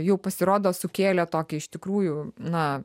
jau pasirodo sukėlė tokį iš tikrųjų na